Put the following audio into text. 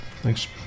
Thanks